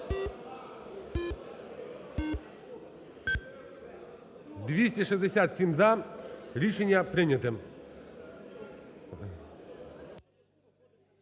– за. Рішення прийнято.